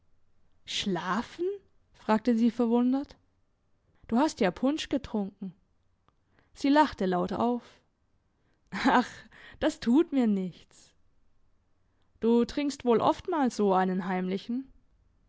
schlafen fragte sie verwundert du hast ja punsch getrunken sie lachte laut auf ach das tut mir nichts du trinkst wohl oft mal so einen heimlichen